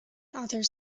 authors